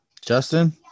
Justin